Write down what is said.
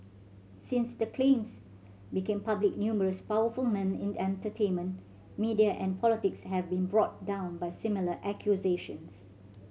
since the claims became public numerous powerful men in entertainment media and politics have been brought down by similar accusations